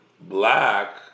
black